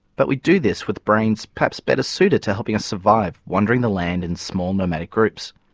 but we do this with brains perhaps better suited to helping us survive, wandering the land in small, nomadic groups.